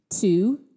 Two